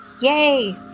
Yay